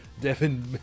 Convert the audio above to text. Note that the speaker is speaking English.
Devin